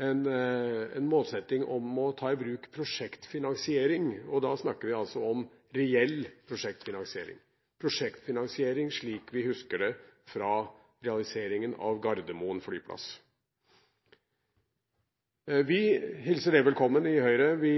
en målsetting om å ta i bruk prosjektfinansiering. Da snakker vi altså om reell prosjektfinansiering, prosjektfinansiering slik vi husker det fra realiseringen av Gardermoen flyplass. Vi hilser det velkommen i Høyre, vi